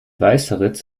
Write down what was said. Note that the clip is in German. weißeritz